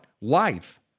life